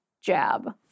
jab